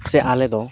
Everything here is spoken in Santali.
ᱥᱮ ᱟᱞᱮᱫᱚ